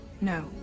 No